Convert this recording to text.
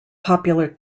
popular